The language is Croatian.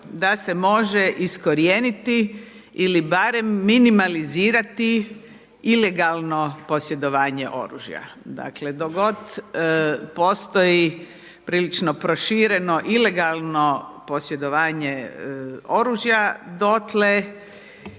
da se može iskorijeniti ili barem minimalizirati ilegalno posjedovanje oružja. Dakle dok god postoji prilično prošireno ilegalno posjedovanje oružja, dotle